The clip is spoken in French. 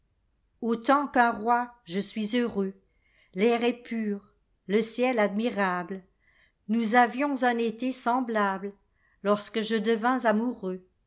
autant qu'un roi je suis heureux l'air est pur le ciel admirable nous avions un été semblablelorsque je devins amoureuxi